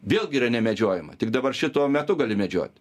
vėlgi yra nemedžiojama tik dabar šituo metu gali medžiot